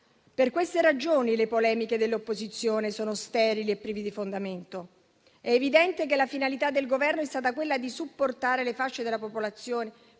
Per queste ragioni le polemiche dell'opposizione sono sterili e prive di fondamento. È evidente che la finalità del Governo è stata quella di supportare le fasce della popolazione